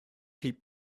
keep